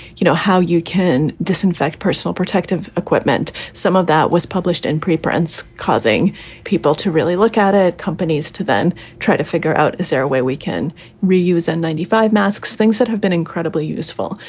you know, how you can disinfect personal protective equipment. some of that was published in preference, causing people to really look at it. companies to then try to figure out this area where we can reuse and ninety five masks, things that have been incredibly useful.